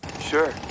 Sure